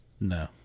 No